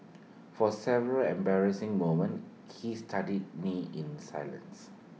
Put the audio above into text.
for several embarrassing moments he studied me in silence